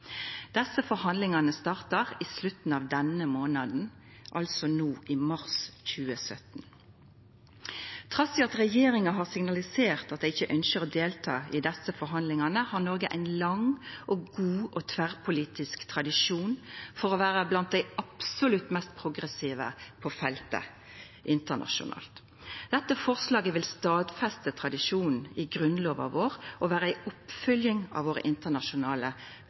Desse forhandlingane startar i slutten av denne månaden, mars 2017. Trass i at regjeringa har signalisert at dei ikkje ynskjer å delta i desse forhandlingane, har Noreg ein lang, god og tverrpolitisk tradisjon for å vera blant dei absolutt mest progressive på feltet internasjonalt. Dette forslaget vil stadfesta tradisjonen i Grunnlova vår og vera ei oppfylging av våre internasjonale